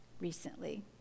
recently